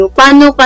panu